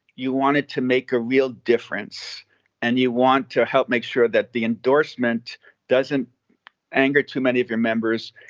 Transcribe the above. you wanted to make a real difference and you want to help make sure that the endorsement doesn't anger too many of your members.